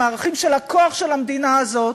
הם הערכים של הכוח של המדינה הזאת